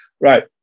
right